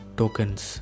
tokens